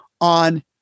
on